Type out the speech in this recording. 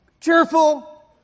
cheerful